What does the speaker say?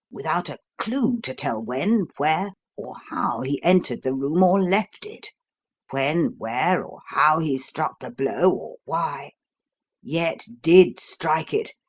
without a clue to tell when, where, or how he entered the room or left it when, where, or how he struck the blow, or why yet did strike it,